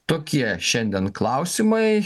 tokie šiandien klausimai